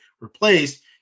replaced